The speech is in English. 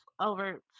over